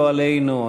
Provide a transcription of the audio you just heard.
לא עלינו,